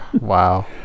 wow